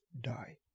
die